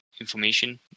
information